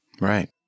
Right